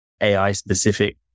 AI-specific